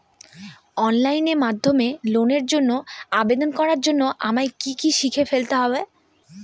Online মাধ্যমে লোনের জন্য আবেদন করার জন্য আমায় কি কি শিখে ফেলতে হবে?